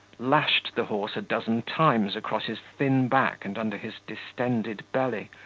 lashed the horse a dozen times across his thin back and under his distended belly,